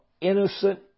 innocent